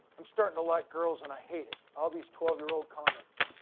i'm starting to like girls, and i hate it. all these twelve year old comments.